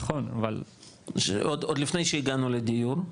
עוד לפני שהגענו לדיור.